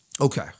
Okay